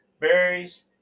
berries